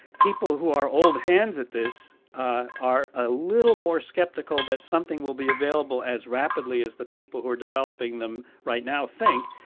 people who are old hands at this ah are a little more skeptical that something will be available as rapidly as the people who are developing them right now think.